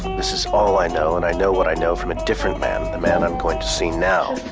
this is all i know and i know what i know from a different man, the man i'm going to see now.